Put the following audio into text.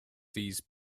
these